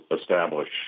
establish